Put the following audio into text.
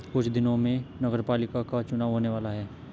कुछ दिनों में नगरपालिका का चुनाव होने वाला है